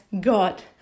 God